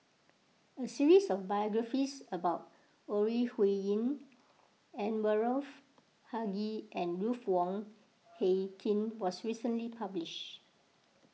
a series of biographies about Ore Huiying Anwarul Haque and Ruth Wong Hie King was recently published